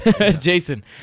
Jason